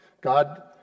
God